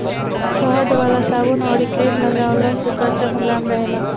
शहद वाला साबुन अउरी क्रीम लगवला से त्वचा मुलायम रहेला